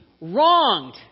wronged